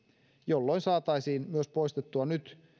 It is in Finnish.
jolloin saataisiin myös poistettua nyt